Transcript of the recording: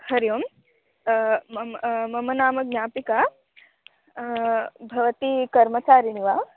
हरिः ओं मम मम नाम ज्ञापिका भवती कर्मचारिणी वा